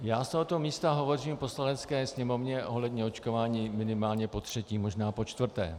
Já z tohoto místa hovořím v Poslanecké sněmovně ohledně očkování minimálně potřetí, možná počtvrté.